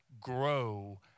grow